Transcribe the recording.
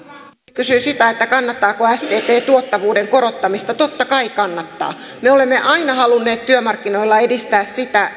kysyi sitä kannattaako sdp tuottavuuden korottamista totta kai kannattaa me olemme aina halunneet työmarkkinoilla edistää sitä